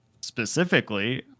specifically